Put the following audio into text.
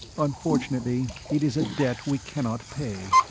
unfortunately, it is a debt we cannot pay.